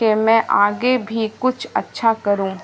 کہ میں آگے بھی کچھ اچھا کروں